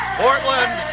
portland